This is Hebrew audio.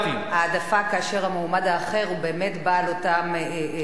העדפה כאשר המועמד האחר הוא באמת בעל אותם תנאים.